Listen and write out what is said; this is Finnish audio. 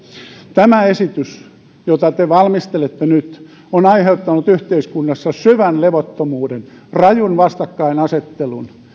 tämä esitys jota te valmistelette nyt on aiheuttanut yhteiskunnassa syvän levottomuuden rajun vastakkainasettelun